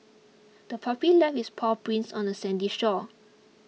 the puppy left its paw prints on the sandy shore